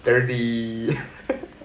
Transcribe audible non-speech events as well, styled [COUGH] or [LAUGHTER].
dirty [LAUGHS]